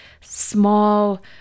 small